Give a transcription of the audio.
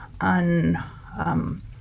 un